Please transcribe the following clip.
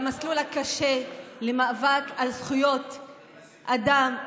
למסלול הקשה של מאבק על זכויות אדם,